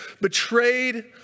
betrayed